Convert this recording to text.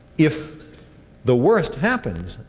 if the worst happens,